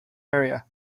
area